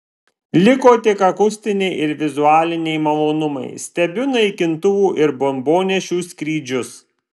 liko tik akustiniai ir vizualiniai malonumai stebiu naikintuvų ir bombonešių skrydžius